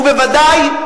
ובוודאי,